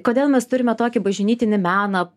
kodėl mes turime tokį bažnytinį meną